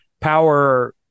Power